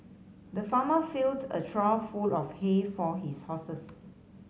the farmer filled a trough full of hay for his horses